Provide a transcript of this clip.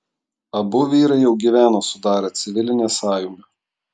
abu vyrai jau gyveno sudarę civilinę sąjungą